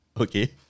Okay